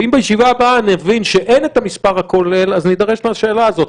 ואם בישיבה הבאה נבין שאין את המס' הכולל אז נידרש לשאלה הזאת.